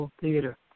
Theater